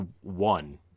one